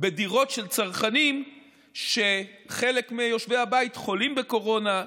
בדירות של צרכנים שבהן חלק מיושבי הבית חולים בקורונה,